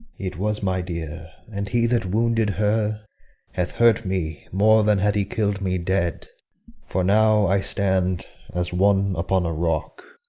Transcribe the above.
it was my dear, and he that wounded her hath hurt me more than had he kill'd me dead for now i stand as one upon a rock,